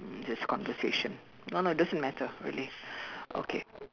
this conversation no no doesn't matter really okay